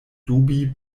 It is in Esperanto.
dubi